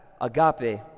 agape